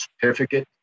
certificate